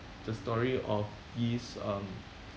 the story of these um